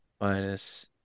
Minus